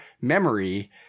memory